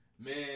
Man